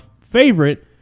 favorite